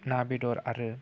ना बेदर आरो